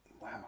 Wow